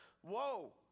whoa